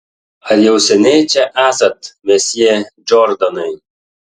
ar jau seniai čia esat mesjė džordanai